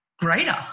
Greater